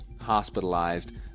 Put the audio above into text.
hospitalized